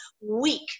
weak